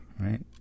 right